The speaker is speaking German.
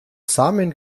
samen